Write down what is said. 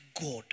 god